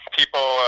people